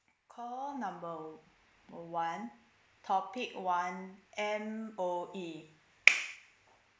call number one topic one M_O_E